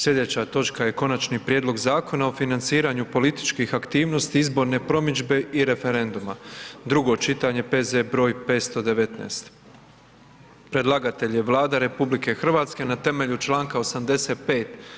Slijedeća točka je: - Konačni prijedlog Zakona o financiranju političkih aktivnosti, izborne promidžbe i referenduma, drugo pitanje, P.Z. br. 519 Predlagatelj je Vlada RH na temelju članka 85.